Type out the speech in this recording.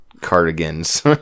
cardigans